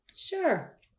Sure